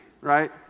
right